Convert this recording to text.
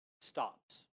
stops